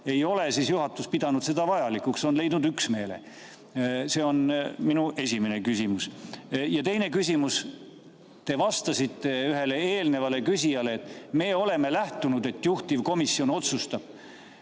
ei ole juhatus pidanud seda vajalikuks ja on leidnud üksmeele? See on minu esimene küsimus. Ja teine küsimus. Te vastasite ühele eelnevale küsijale, et me oleme lähtunud sellest, et juhtivkomisjon otsustab.